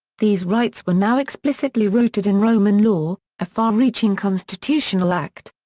these rights were now explicitly rooted in roman law, a far-reaching constitutional act.